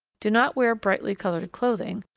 do not wear brightly coloured clothing,